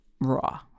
raw